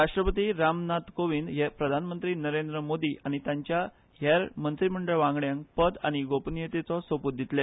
राष्ट्रपती राम नाथ कोवींद हे प्रधानमंत्री नरेंद्र मोदी आनी तांच्या हेर मंत्रीमंडळ वांगड्यांक पद आनी गोपनियतेचो सोपुत दितले